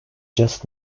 just